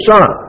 Son